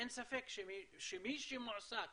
אין ספק שמי שמועסק